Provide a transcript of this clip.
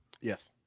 Yes